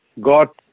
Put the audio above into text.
got